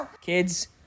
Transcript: Kids